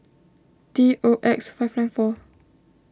T O X five nine four